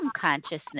consciousness